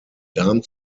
darm